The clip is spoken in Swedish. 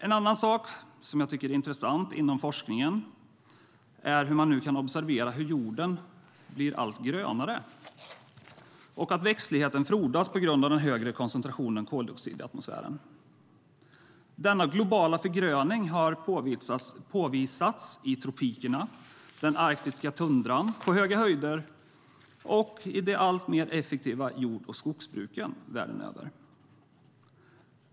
En annan sak som jag tycker är intressant inom forskningen är hur man nu kan observera hur jorden blir allt grönare och att växtligheten frodas på grund av den högre koncentrationen koldioxid i atmosfären. Denna globala förgröning har påvisats i tropikerna, den arktiska tundran, på höga höjder och i de alltmer effektiva jord och skogsbruken världen över.